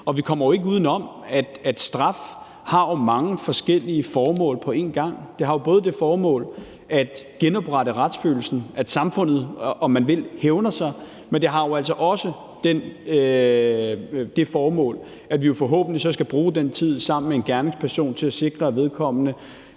og vi kommer jo ikke uden om, at straf har mange forskellige formål på en gang. Det har det formål at genoprette retsfølelsen – at samfundet hævner sig, om man vil – men det har jo altså også det formål, at vi forhåbentlig så skal bruge den tid sammen med gerningspersonen for at sikre, at vedkommende